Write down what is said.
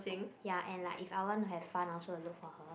ya and like if I want to have fun I also will look for her